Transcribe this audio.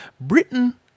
Britain